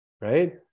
right